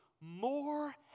More